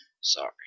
Sorry